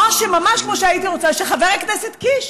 ממש כמו שהייתי רוצה שחבר הכנסת קיש